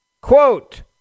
Quote